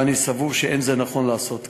ואני סבור שאין זה נכון לעשות כך.